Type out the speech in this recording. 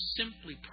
simply